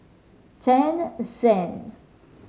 Ten CENZ